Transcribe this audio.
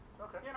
okay